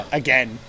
again